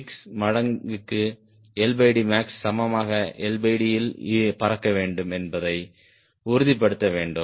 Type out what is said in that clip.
866 மடங்குக்கு max சமமான LD இல் பறக்க வேண்டும் என்பதை உறுதிப்படுத்த வேண்டும்